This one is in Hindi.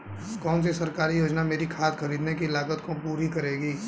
कौन सी सरकारी योजना मेरी खाद खरीदने की लागत को पूरा करेगी?